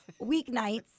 weeknights